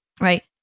right